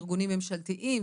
ארגונים ממשלתיים?